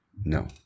No